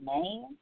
name